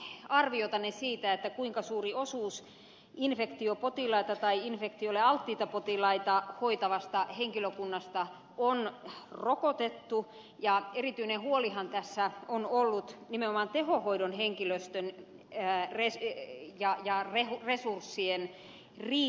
tiedustelenkin arviotanne siitä kuinka suuri osuus infektiopotilaita tai infektiolle alttiita potilaita hoitavasta henkilökunnasta on rokotettu ja erityinen huolihan tässä on ollut nimenomaan tehohoidon henkilöstön ja resurssien riittävyys